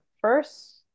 first